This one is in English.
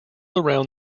around